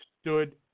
stood